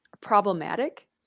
problematic